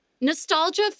Nostalgia